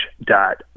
dot